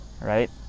right